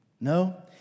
No